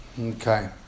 Okay